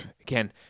Again